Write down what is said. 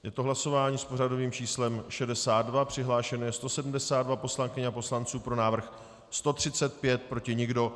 Je to hlasování s pořadovým číslem 62, přihlášeno je 172 poslankyň a poslanců, pro návrh 135, proti nikdo.